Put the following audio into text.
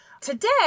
today